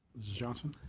johnson.